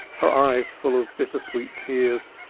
her eyes full of bitter-sweet tears,